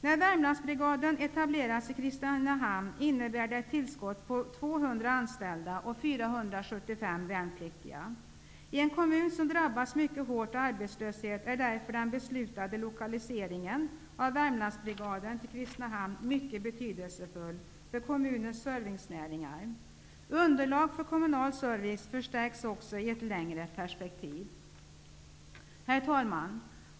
När Värmlandsbrigaden etableras i Kristinehamn innebär det ett tillskott på 200 anställda och 475 värnpliktiga. I en kommun som drabbas mycket hårt av arbetslöshet är därför den beslutade lokaliseringen av Värmlandsbrigaden till Kristinehamn mycket betydelsefull för kommunens servicenäringar. Underlag för kommunal service förstärks också i ett längre perspektiv. Herr talman!